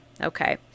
okay